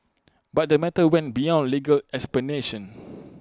but the matter went beyond legal explanations